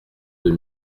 deux